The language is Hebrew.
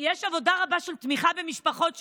יש עבודה רבה של תמיכה במשפחות שכולות.